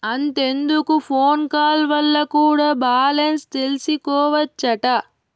అంతెందుకు phone call వల్ల కూడా బాలెన్స్ తెల్సికోవచ్చట